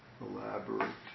elaborate